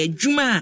juma